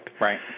Right